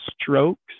strokes